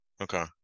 okay